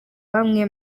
bamwe